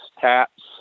taps